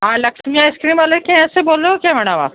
हाँ लक्ष्मी आइसक्रीम वाले के यहाँ से बोल रहे हो क्या मैडम आप